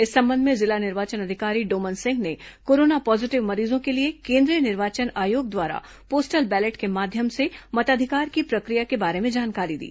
इस संबंध में जिला निर्वाचन अधिकारी डोमन सिंह ने कोरोना पॉजिटिव मरीजों के लिए केन्द्रीय निर्वाचन आयोग द्वारा पोस्टल बैलट के माध्यम से मताधिकार की प्रक्रिया के बारे में जानकारी दी